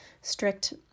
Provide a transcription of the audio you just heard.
strict